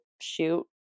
shoot